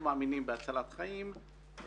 אנחנו מאמינים בהצלת חיים,